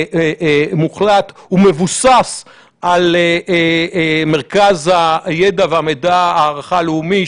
מוחלט ומבוסס על מרכז הידע וההערכה הלאומי,